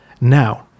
now